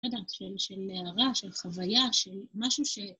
של הארה, של חוויה, של משהו ש...